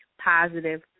positive